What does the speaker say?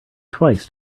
twice